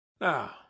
now